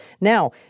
Now